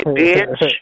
bitch